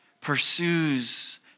Pursues